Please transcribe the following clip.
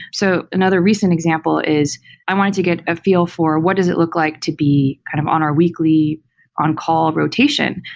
so another recent example is i wanted to get a feel for what does it look like to be kind of on our weekly on-call rotation.